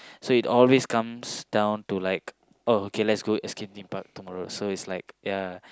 so it always comes down to like oh okay let's go Escape-Theme-Park tomorrow so is like ya